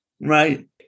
Right